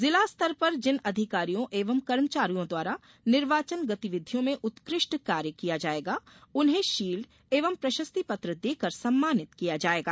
जिला स्तर पर जिन अधिकारियों एवं कर्मचारियों द्वारा निर्वाचन गतिविधियों में उत्कृष्ट कार्य किया जायेगा उन्हें शील्ड एवं प्रशस्ति पत्र देकर सम्मानित किया जायेगा